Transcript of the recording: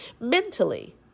Mentally